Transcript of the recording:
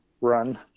run